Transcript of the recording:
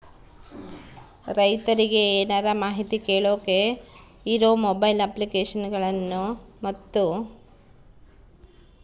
ರೈತರಿಗೆ ಏನರ ಮಾಹಿತಿ ಕೇಳೋಕೆ ಇರೋ ಮೊಬೈಲ್ ಅಪ್ಲಿಕೇಶನ್ ಗಳನ್ನು ಮತ್ತು?